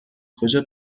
کجا